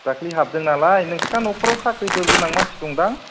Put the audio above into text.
दाख्लै हाबदों नालाय नोंसिना नखराव साख्रिफोर गोनां मानसि दंदां